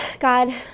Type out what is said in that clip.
God